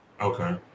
Okay